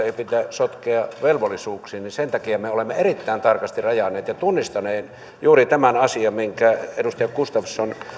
sotkea velvollisuuksiin ja sen takia me olemme erittäin tarkasti rajanneet ja tunnistaneet juuri tämän asian minkä edustaja gustafsson